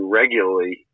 regularly